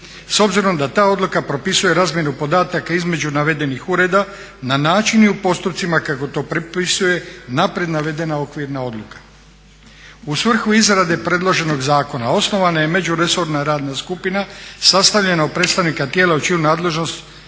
S obzirom da ta odluka propisuje razmjenu podataka između navedenih ureda na način i u postupcima kako to propisuje naprijed navedena okvirna odluka. U svrhu izrade predloženog zakona osnovana je međuresorna radna skupina sastavljena od predstavnika tijela u čiju nadležnost